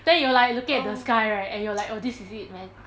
then you're like looking at the sky right and you're like oh this is it man